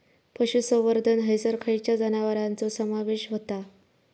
पशुसंवर्धन हैसर खैयच्या जनावरांचो समावेश व्हता?